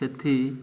ସେଠି